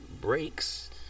breaks